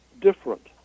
different